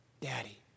Daddy